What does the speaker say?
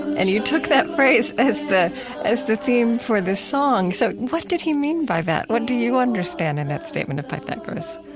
and you took that phrase as the as the theme for the song. so what did he mean by that? what do you understand in that statement by pythagoras?